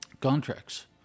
contracts